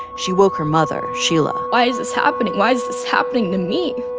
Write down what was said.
she woke her mother, sheila why is this happening? why is this happening to me?